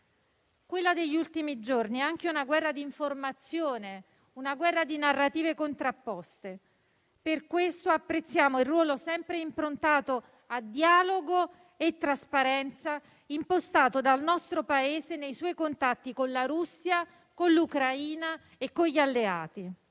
Quella degli ultimi giorni è anche una guerra di informazione, una guerra di narrative contrapposte. Per questo apprezziamo il ruolo sempre improntato al dialogo e alla trasparenza, impostato dal nostro Paese nei suoi contatti con la Russia, con l'Ucraina e con gli alleati.